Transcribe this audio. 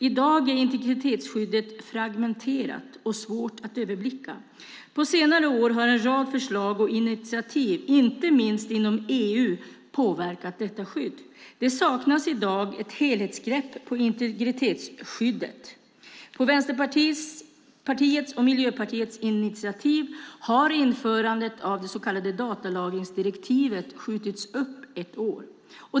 I dag är integritetsskyddet fragmenterat och svårt att överblicka. På senare år har en rad förslag och initiativ, inte minst inom EU, påverkat detta skydd. Det saknas i dag ett helhetsgrepp på integritetsskyddet. På Vänsterpartiets och Miljöpartiets initiativ har införandet av det så kallade datalagringsdirektivet skjutits upp ett år.